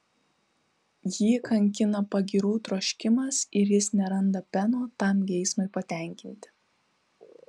jį kankina pagyrų troškimas ir jis neranda peno tam geismui patenkinti